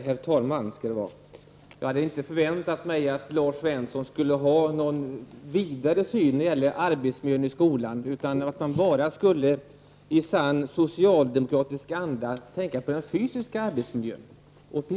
Herr talman! Jag hade inte förväntat mig att Lars Svensson skulle ha någon vidare syn på arbetsmiljön i skolan. Jag trodde att han i sann socialdemokratisk anda skulle tänka på bara den fysiska arbetsmiljön.